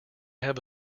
have